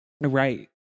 Right